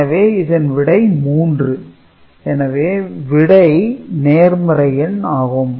எனவே இதன் விடை 3 எனவே விடை நேர்மறை எண் ஆகும்